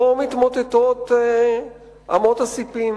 לא מתמוטטות אמות הספים